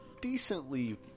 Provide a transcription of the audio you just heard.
decently